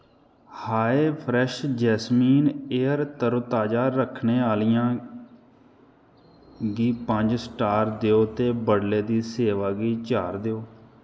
हाय fresh jasmine air तरोताजा रक्खने आह्लियां गी पंज स्टार देओ ते बडले दी सेवा गी चार देओ